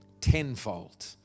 tenfold